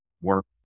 work